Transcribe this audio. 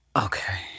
Okay